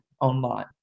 online